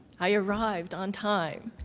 i arrived on time.